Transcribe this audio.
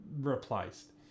replaced